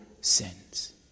sins